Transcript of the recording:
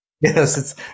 Yes